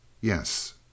Yes